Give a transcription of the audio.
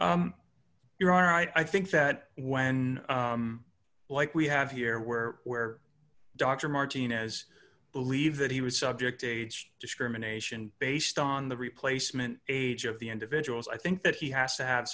i i think that when like we have here where where dr martinez believed that he was subject age discrimination based on the replacement age of the individuals i think that he has to have